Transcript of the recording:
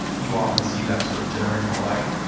and you often see that sort of generational lag.